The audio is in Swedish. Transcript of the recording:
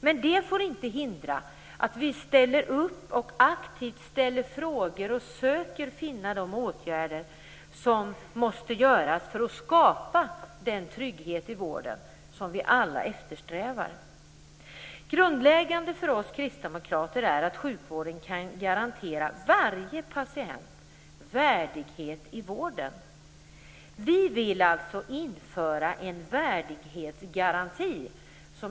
Men det får inte hindra att vi aktivt ställer frågor och söker finna de åtgärder som måste vidtas för att skapa den trygghet i sjukvården som vi alla eftersträvar. Grundläggande för oss kristdemokrater är att sjukvården kan garantera varje patient värdighet i vården. Vi vill därför införa en värdighetsgaranti.